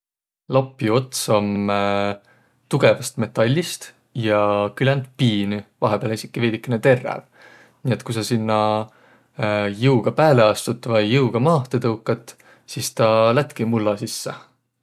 Lapju ots om tugõvast metallist ja küländ piinü, vaihõpääl esikiq veidikene terräv. Nii, et ku saq sinnäq jõuga pääle astut vai jõuga maahtõ tõukat, sis taa lättki mulla sisse.